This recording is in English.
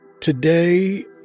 Today